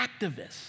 activists